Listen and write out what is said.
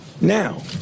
Now